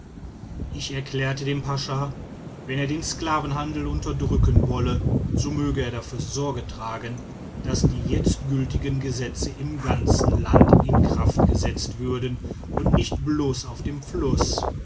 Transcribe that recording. ich erklärte dem pascha wenn er den sklavenhandel unterdrücken wolle so möge er dafür sorge tragen daß die jetzt gültigen gesetze im ganzen land in kraft gesetzt würden und nicht bloß auf dem fluß